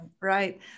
Right